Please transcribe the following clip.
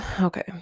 okay